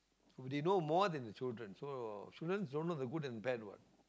they know more than the childrens so childrens don't know the good and bad what